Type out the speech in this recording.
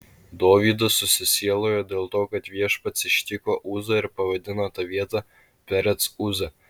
dovydas susisielojo dėl to kad viešpats ištiko uzą ir pavadino tą vietą perec uza